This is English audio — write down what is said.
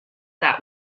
that